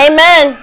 Amen